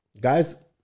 Guys